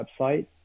website